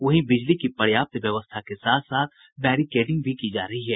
वहीं बिजली की पर्याप्त व्यवस्था के साथ बैरिकेडिंग भी की जा रही है